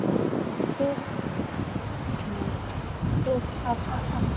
हाँ तो हाँ तो उस आपका